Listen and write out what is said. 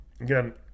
again